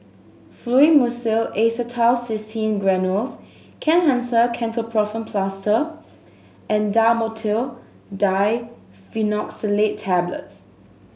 Fluimucil Acetylcysteine Granules Kenhancer Ketoprofen Plaster and Dhamotil Diphenoxylate Tablets